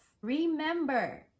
Remember